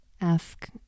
ask